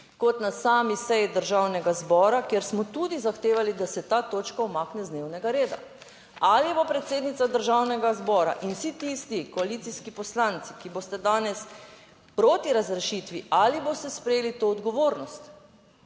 kot na sami seji Državnega zbora, kjer smo tudi zahtevali, da se ta točka umakne z dnevnega reda. Ali bo predsednica Državnega zbora in vsi tisti koalicijski poslanci, ki boste danes proti razrešitvi, ali boste sprejeli to odgovornost?